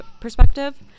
perspective